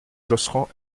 josserand